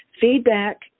feedback